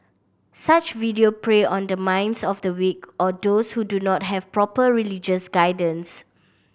such video prey on the minds of the weak or those who do not have proper religious guidance